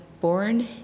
born